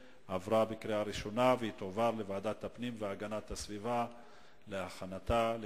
2009, לוועדת הפנים והגנת הסביבה נתקבלה.